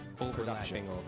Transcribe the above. overlapping